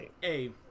Hey